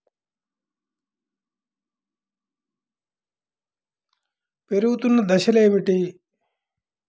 పెరుగుతున్న దశలు ఏమిటి?